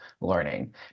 learning